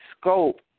scope